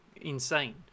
insane